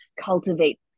cultivate